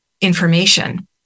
information